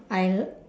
I l~